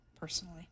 personally